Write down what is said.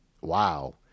Wow